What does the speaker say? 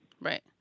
right